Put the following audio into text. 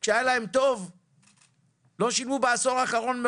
מס בעשור האחרון?